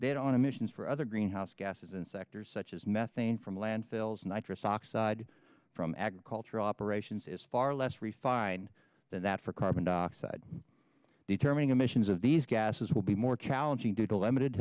on emissions for other greenhouse gases and sectors such as methane from landfills nitric oxide from agricultural operations is far less refined than that for carbon dioxide determining emissions of these gases will be more challenging due to l